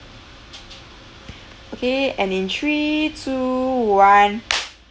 okay and in three two one